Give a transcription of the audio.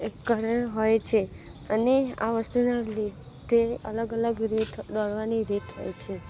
એ કરે હોય છે અને આ વસ્તુના લીધે અલગ અલગ રીત હોય દોળવાની રીત હોય છે